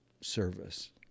service